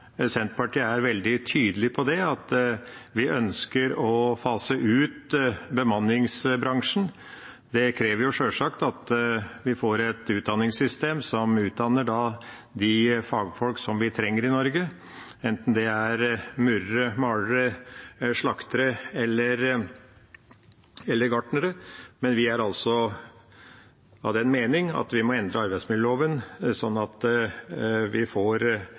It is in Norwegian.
Det krever sjølsagt at vi får et utdanningssystem som utdanner de fagfolk som vi trenger i Norge, enten det er murere, malere, slaktere eller gartnere. Men vi er altså av den mening at vi må endre arbeidsmiljøloven, sånn at vi får